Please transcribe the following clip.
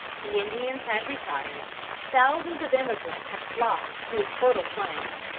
the indians had retired thousands of emigrants had flocked to its fertile plains,